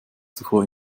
zuvor